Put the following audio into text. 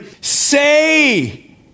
say